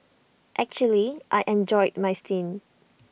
actually I enjoyed my stint